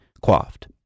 quaffed